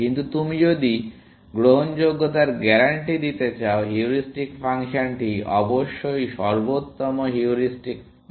কিন্তু তুমি যদি গ্রহণযোগ্যতার গ্যারান্টি দিতে চাও হিউরিস্টিক ফাংশনটি অবশ্যই সর্বোত্তম হিউরিস্টিক মানের থেকে কম হতে হবে